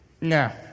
No